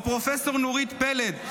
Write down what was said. או פרופ' נורית פלד,